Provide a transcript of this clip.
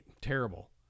Terrible